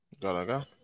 Galaga